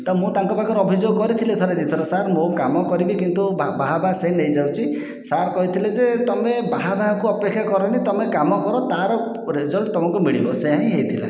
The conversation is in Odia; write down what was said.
ତ ମୁଁ ତାଙ୍କ ପାଖରେ ଅଭିଯୋଗ କରିଥିଲି ଥରେ ଦୁଇ ଥର ସାର୍ ମୁଁ କାମ କରିବି କିନ୍ତୁ ବାହାବାହା ସିଏ ନେଇଯାଉଛି ସାର୍ କହିଥିଲେ ଯେ ତୁମେ ବାହାବାହା କୁ ଅପେକ୍ଷା କରନି ତୁମେ କାମ କର ତାର ରେଜଲ୍ଟ ତୁମକୁ ମିଳିବ ସେୟା ହିଁ ହୋଇଥିଲା